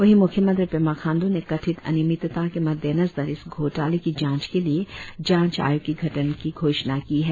वहीं म्ख्यमंत्री पेमा खाण्ड् ने कथित अनियमितता के मद्देनजर इस घोटाले की जांच के लिए जांच आयोग की गठन को घोषणा की है